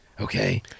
Okay